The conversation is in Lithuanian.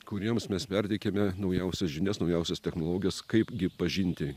kuriems mes perteikiame naujausias žinias naujausias technologijas kaip gi pažinti